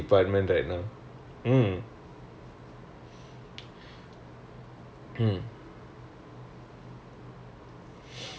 because really ah because I heard like this field right computer science is very in demand right